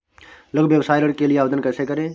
लघु व्यवसाय ऋण के लिए आवेदन कैसे करें?